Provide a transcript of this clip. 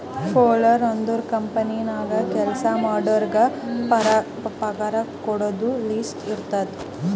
payroll ಅಂದುರ್ company ನಾಗ್ ಕೆಲ್ಸಾ ಮಾಡೋರಿಗ ಪಗಾರ ಕೊಡೋದು ಲಿಸ್ಟ್ ಇರ್ತುದ್